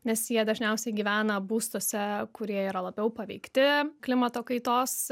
nes jie dažniausiai gyvena būstuose kurie yra labiau paveikti klimato kaitos